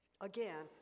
Again